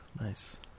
nice